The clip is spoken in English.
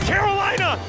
Carolina